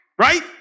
right